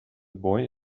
boy